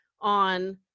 on